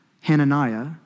Hananiah